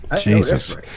Jesus